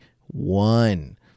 one